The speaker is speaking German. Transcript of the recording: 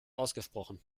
ausgesprochen